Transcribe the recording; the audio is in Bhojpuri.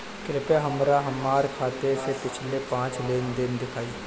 कृपया हमरा हमार खाते से पिछले पांच लेन देन दिखाइ